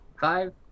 five